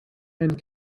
and